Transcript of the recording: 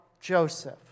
Joseph